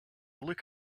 look